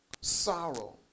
sorrow